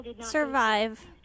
survive